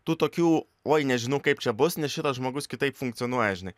tų tokių oi nežinau kaip čia bus nes šitas žmogus kitaip funkcionuoja žinai